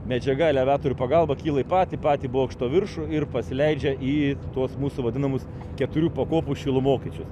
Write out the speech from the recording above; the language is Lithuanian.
medžiaga elevatorių pagalba kyla į patį patį bokšto viršų ir pasileidžia į tuos mūsų vadinamus keturių pakopų šilumokaičius